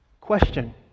Question